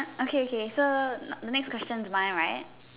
okay okay so next question it mine right